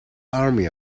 army